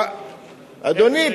אדוני,